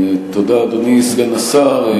תודה, אדוני סגן השר.